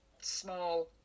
small